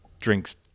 drinks